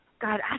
God